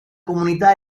comunità